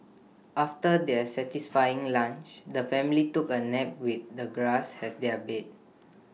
after their satisfying lunch the family took A nap with the grass as their bed